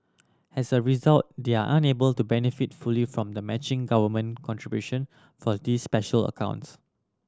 as a result they are unable to benefit fully from the matching government contribution for these special accounts